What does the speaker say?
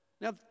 Now